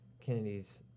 Kennedy's